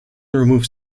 removes